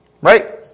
right